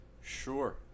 Sure